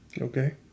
Okay